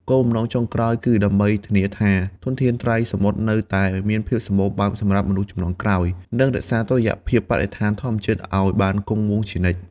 គោលបំណងចុងក្រោយគឺដើម្បីធានាថាធនធានត្រីសមុទ្រនៅតែមានភាពសម្បូរបែបសម្រាប់មនុស្សជំនាន់ក្រោយ និងរក្សាតុល្យភាពបរិស្ថានធម្មជាតិឲ្យបានគង់វង្សជានិច្ច។